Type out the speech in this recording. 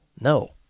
No